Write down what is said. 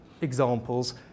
examples